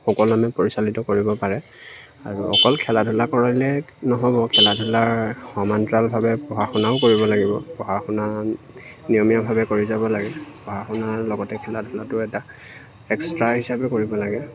সুকলমে পৰিচালিত কৰিব পাৰে আৰু অকল খেলা ধূলা কৰিলে নহ'ব খেলা ধূলাৰ সমান্তৰালভাৱে পঢ়া শুনাও কৰিব লাগিব পঢ়া শুনা নিয়মীয়াভাৱে কৰি যাব লাগে পঢ়া শুনাৰ লগতে খেলা ধূলাটো এটা এক্সট্ৰা হিচাপে কৰিব লাগে